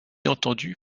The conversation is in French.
entendu